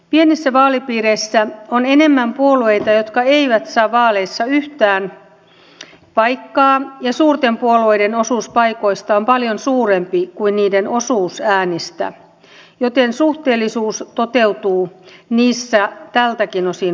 pienissä vaalipiireissä on enemmän puolueita jotka eivät saa vaaleissa yhtään paikkaa ja suurten puolueiden osuus paikoista on paljon suurempi kuin niiden osuus äänistä joten suhteellisuus toteutuu niissä tältäkin osin huonommin